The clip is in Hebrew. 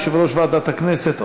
יושב-ראש ועדת הכנסת,